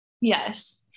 Yes